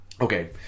okay